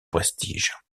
prestige